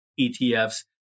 ETFs